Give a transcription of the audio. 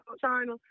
China